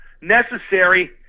necessary